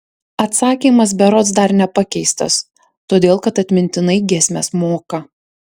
atsakymas berods dar nepakeistas todėl kad atmintinai giesmes moka